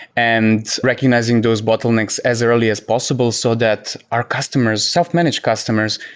and recognizing those bottlenecks as early as possible so that our customers, self-managed customers,